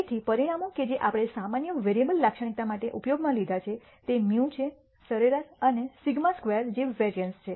તેથી પરિમાણો કે જે આપણે સામાન્ય વેરીએબલ લાક્ષણિકતા માટે ઉપયોગમાં લીધા છે તે μ છે સરેરાશ અને σ2 જે વેરિઅન્સ છે